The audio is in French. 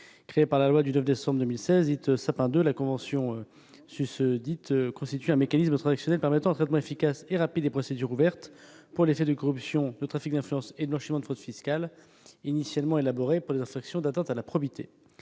Créée par la loi du 9 décembre 2016, dite loi Sapin II, la convention susdite constitue un mécanisme transactionnel permettant un traitement efficace et rapide des procédures ouvertes pour les faits de corruption, de trafic d'influence et de blanchiment de fraude fiscale, initialement élaboré pour les infractions d'atteinte à la probité.